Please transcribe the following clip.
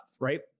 right